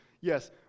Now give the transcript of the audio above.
Yes